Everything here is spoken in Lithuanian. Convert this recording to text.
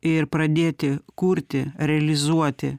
ir pradėti kurti realizuoti